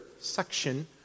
section